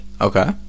Okay